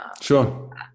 Sure